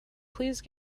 please